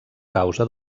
causa